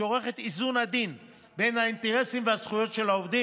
שעורכת איזון עדין בין האינטרסים והזכויות של העובדים,